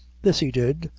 this he did,